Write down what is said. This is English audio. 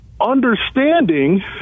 Understanding